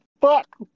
Fuck